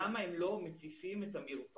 למה הם לא מציפים את המרפאות